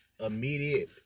immediate